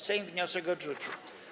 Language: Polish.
Sejm wniosek odrzucił.